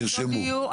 ירשמו.